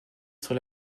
sur